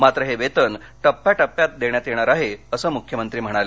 मात्र हे वेतन टप्प्याटप्यात देण्यात येणार आहे असं मुख्यमंत्री म्हणाले